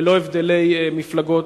ללא הבדלי מפלגות,